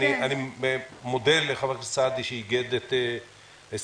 אני מודה לחבר הכנסת סעדי שאיגד את ההסתייגויות